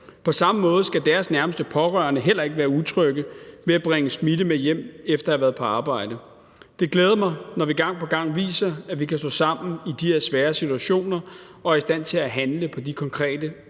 På samme måde skal deres nærmeste pårørende heller ikke være utrygge ved at bringe smitte med hjem efter at have været på arbejde. Det glæder mig, når vi gang på gang viser, at vi kan stå sammen i de her svære situationer og er i stand til at handle på de konkrete